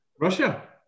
Russia